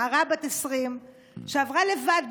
נערה בת 20 שעברה לבד,